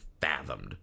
fathomed